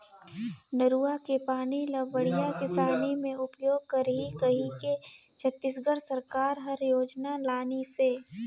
नरूवा के पानी ल बड़िया किसानी मे उपयोग करही कहिके छत्तीसगढ़ सरकार हर योजना लानिसे